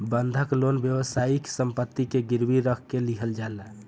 बंधक लोन वास्तविक सम्पति के गिरवी रख के लिहल जाला